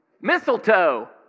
Mistletoe